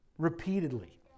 repeatedly